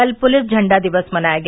कल पुलिस झण्डा दिवस मनाया गया